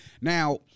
Now